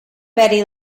betty